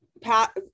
Pat